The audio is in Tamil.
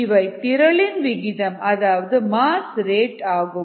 இவை திரளின் விகிதம் அதாவது மாஸ் ரேட் ஆகும்